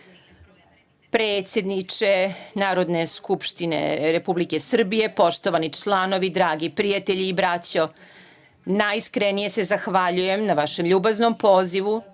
zone. Predsedniče Narodne skupštine Republike Srbije, poštovani članovi, dragi prijatelji i braćo, najiskrenije se zahvaljujem na vašem ljubaznom pozivu,